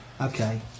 Okay